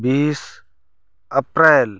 बीस अप्रैल